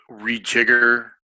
rejigger